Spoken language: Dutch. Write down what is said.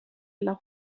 lag